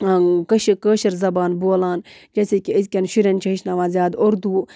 کٲشِر زبان بولان جیسے کہِ أزکٮ۪ن شُرٮ۪ن چھِ ہیٚچھناوان زیادٕ اُردو